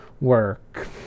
work